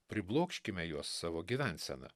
priblokškime juos savo gyvensena